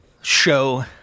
show